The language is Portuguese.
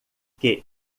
que